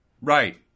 Right